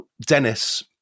Dennis